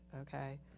okay